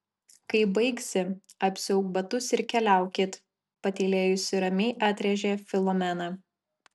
kai baigsi apsiauk batus ir keliaukit patylėjusi ramiai atrėžė filomena